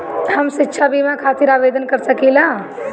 हम शिक्षा बीमा खातिर आवेदन कर सकिला?